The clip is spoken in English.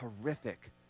horrific